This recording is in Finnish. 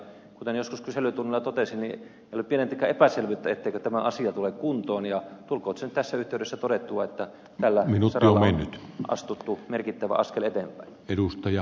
kuten joskus kyselytunnilla totesin niin ei ole pienintäkään epäselvyyttä että tämä asia tulee kuntoon ja tulkoon se nyt tässä yhteydessä todettua että tällä saralla on astuttu merkittävä askel eteenpäin